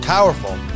Powerful